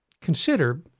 consider